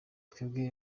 twebwe